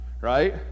right